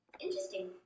Interesting